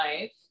life